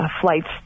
Flights